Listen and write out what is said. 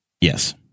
Yes